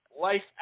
life